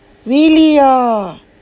really ah